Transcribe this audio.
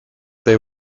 they